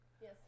Yes